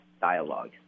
dialogue